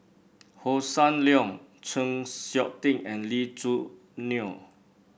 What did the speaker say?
Hossan Leong Chng Seok Tin and Lee Choo Neo